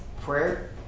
prayer